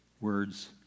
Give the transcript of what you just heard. words